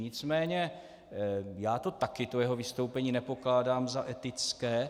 Nicméně já také jeho vystoupení nepokládám za etické.